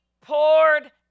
poured